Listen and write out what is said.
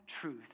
truth